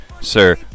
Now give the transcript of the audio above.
Sir